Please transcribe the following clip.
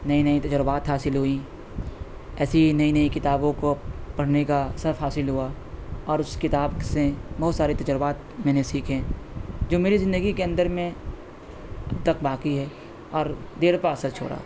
نئی نئی تجربات حاصل ہوئیں ایسی نئی نئی کتابوں کو پڑھنے کا شرف حاصل ہوا اور اس کتاب سے بہت سے سارے تجربات میں نے سیکھے جو میری زندگی کے اندر میں اب تک باقی ہیں اور دیر پا اثر چھوڑا